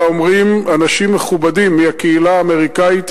אלא אומרים אנשים מכובדים מהקהילה האמריקנית,